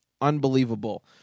Unbelievable